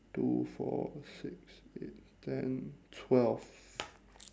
two four six eight ten twelve